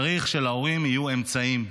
צריך שלהורים יהיו אמצעים.